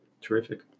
Terrific